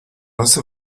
hace